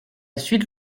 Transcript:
suite